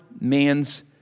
man's